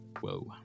Whoa